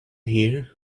here